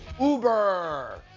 Uber